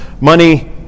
money